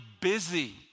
busy